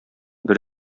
бер